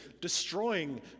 destroying